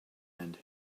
end